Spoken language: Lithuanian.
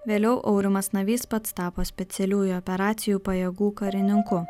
vėliau aurimas navys pats tapo specialiųjų operacijų pajėgų karininku